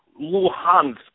Luhansk